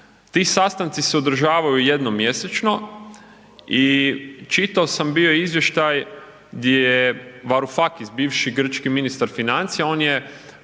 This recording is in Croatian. ti sastanci se održavaju jednom mjesečno i čitao sam bio izvještaj gdje je Varoufakis bivši grčki ministar financija on je